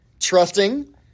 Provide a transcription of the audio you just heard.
Trusting